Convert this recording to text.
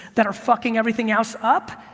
that are fucking everything else up,